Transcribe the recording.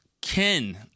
Ken